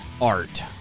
art